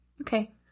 Okay